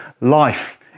life